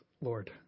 Lord